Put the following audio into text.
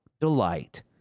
delight